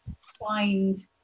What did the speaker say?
find